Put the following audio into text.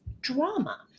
drama